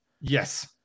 yes